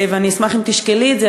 ואני אשמח אם תשקלי את זה,